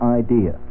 idea